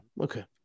Okay